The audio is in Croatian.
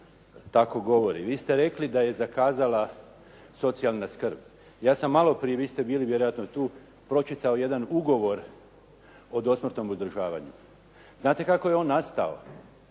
tako govori. Vi ste rekli da je zakazala socijalna skrb. Ja sam maloprije, vi ste bili vjerojatno tu, pročitao jedan ugovor o dosmrtnom uzdržavanju. Znate kako je on nastao?